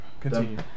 Continue